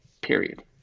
period